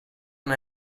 non